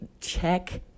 check